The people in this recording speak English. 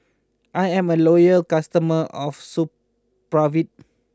I'm a loyal customer of Supravit